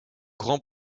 grand